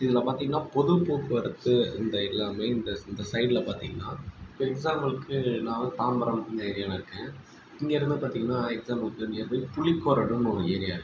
இதில் பார்த்திங்கனா பொது போக்குவரத்து இந்த இல்லாமை இந்த இந்த சைடில் பார்த்திங்கனா இப்போ எக்ஸாம்பிளுக்கு நான் தாம்பரம் இந்த ஏரியாவில் இருக்கேன் இங்கேருந்து பார்த்திங்கனா எக்ஸாம்பிளுக்கு நியர்பை புலிக்கொறடுனு ஒரு ஏரியா இருக்குது